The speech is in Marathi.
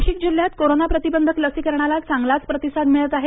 नाशिक जिल्ह्यात कोरोना प्रतिबंधक लसीकरणाला चांगला प्रतिसाद मिळत आहे